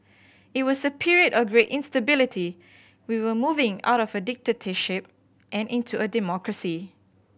it was a period of great instability we were moving out of a dictatorship and into a democracy